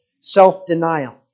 self-denial